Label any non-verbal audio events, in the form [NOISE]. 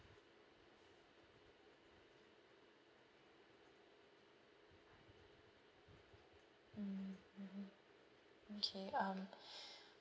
mm mmhmm okay um [BREATH]